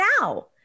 now